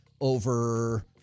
over